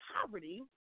poverty